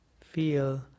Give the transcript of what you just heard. Feel